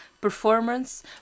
performance